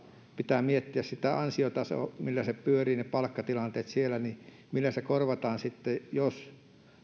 pitää miettiä sitä ansiotasoa millä ne palkkatilanteet siellä pyörivät millä korvataan sitten se jos